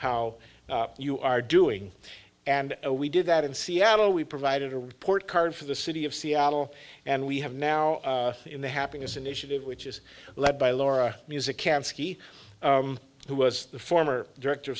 how you are doing and we did that in seattle we provided a report card for the city of seattle and we have now in the happiness initiative which is led by laura music can ski who was the former director